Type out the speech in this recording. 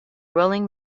rolling